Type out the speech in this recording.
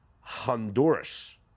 Honduras